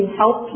help